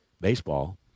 Baseball